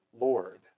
Lord